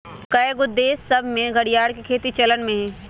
कएगो देश सभ में घरिआर के खेती चलन में हइ